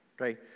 okay